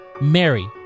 Mary